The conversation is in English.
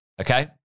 Okay